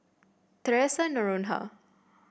Theresa Noronha